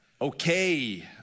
Okay